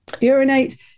urinate